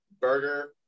burger